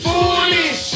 Foolish